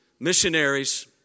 Missionaries